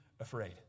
afraid